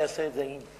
אדוני.